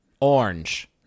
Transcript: orange